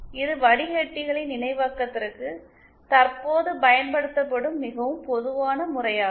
இது வடிகட்டிகளின் இணைவாக்கத்திற்கு தற்போது பயன்படுத்தப்படும் மிகவும் பொதுவான முறையாகும்